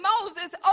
Moses